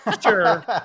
sure